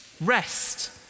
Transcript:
rest